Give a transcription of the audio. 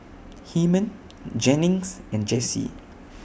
Hyman Jennings and Jessee